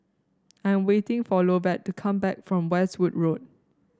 I am waiting for Lovett to come back from Westwood Road